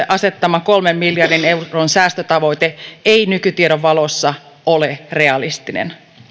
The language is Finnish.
asettama kolmen miljardin euron säästötavoite ei nykytiedon valossa ole realistinen